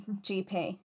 gp